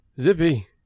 Zippy